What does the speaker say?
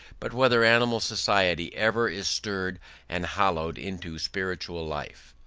but whether animal society ever is stirred and hallowed into spiritual life.